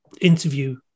interview